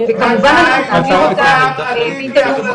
וכמובן --- שאלנו מתי הועבר